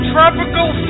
Tropical